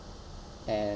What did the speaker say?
and